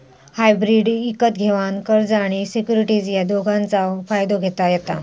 hybrid इकत घेवान कर्ज आणि सिक्युरिटीज या दोघांचव फायदो घेता येता